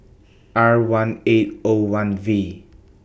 R one eight O one V